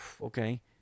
okay